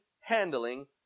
handling